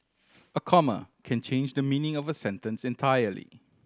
a comma can change the meaning of a sentence entirely